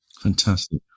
Fantastic